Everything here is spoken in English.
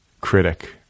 critic